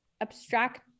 abstract